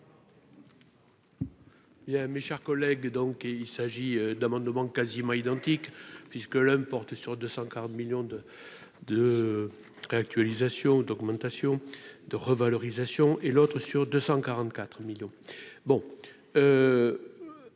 mes chers collègues, donc il s'agit d'quasiment identique puisque l'homme portait sur 240 millions de de réactualisation d'augmentation de revalorisation et l'autre sur 244 millions